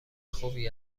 خوبی